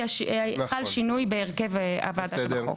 כי חל שינוי בהרכב הוועדה שבחוק.